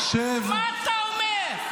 מה אתה אומר?